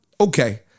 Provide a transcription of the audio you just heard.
okay